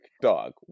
dog